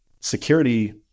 security